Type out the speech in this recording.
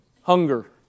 hunger